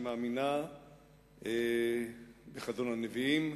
שמאמינה בחזון הנביאים,